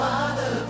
Father